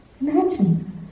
Imagine